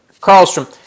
Carlstrom